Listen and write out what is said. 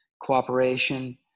cooperation